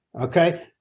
Okay